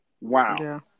Wow